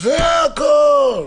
זה הכול.